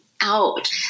out